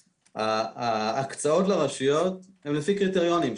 ההקצאות לרשויות הן לפי קריטריונים.